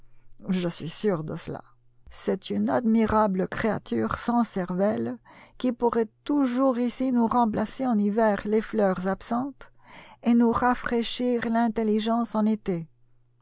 je suis sûr de cela c'est une admirable créature sans cervelle qui pourrait toujours ici nous remplacer en hiver les fleurs absentes et nous rafraîchir l'intelligence en été